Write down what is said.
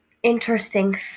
interesting